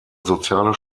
soziale